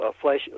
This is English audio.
Flesh